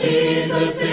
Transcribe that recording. Jesus